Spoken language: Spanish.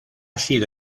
sido